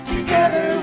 Together